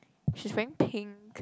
she's wearing pink